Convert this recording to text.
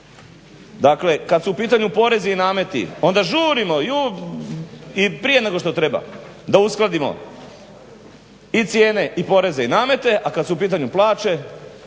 Dakle, kada su u pitanju porezi i nameti onda žurimo i prije nego što treba da uskladimo i cijene, i poreze, i namete, a kada su u pitanju plaće